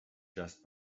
just